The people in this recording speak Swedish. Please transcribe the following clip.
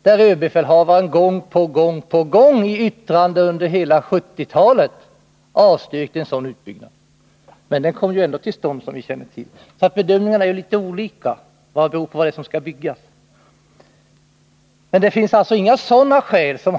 Den anläggningen avstyrktes av överbefälhavaren gång på gång under hela 1970-talet, men den kom ändå till stånd, som vi känner till. Bedömningen är litet olika, beroende på vad det är som skall byggas. Här har